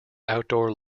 outdoor